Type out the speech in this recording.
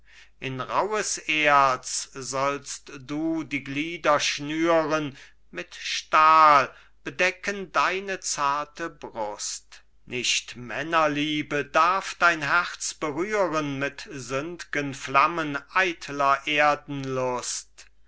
in rauhes erz sollst du die glieder schnüren mit stahl bedecken deine zarte brust nicht männerliebe darf dein herz berühren mit sündgen flammen eitler erdenlust